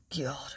God